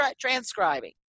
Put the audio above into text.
transcribing